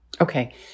Okay